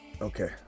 okay